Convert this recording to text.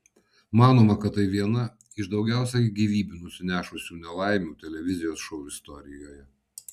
manoma kad tai viena iš daugiausiai gyvybių nusinešusių nelaimių televizijos šou istorijoje